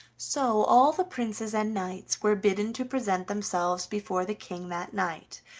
so all the princes and knights were bidden to present themselves before the king that night,